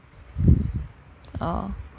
ah